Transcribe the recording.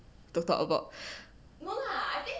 to talk about